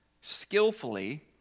skillfully